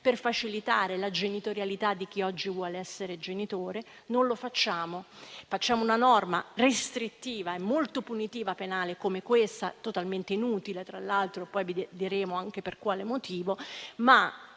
per facilitare la genitorialità di chi oggi vuole essere genitore, non lo facciamo. Facciamo invece una norma penale restrittiva e molto punitiva, come questa, totalmente inutile tra l'altro (poi vi diremo anche per quale motivo), e